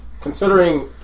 Considering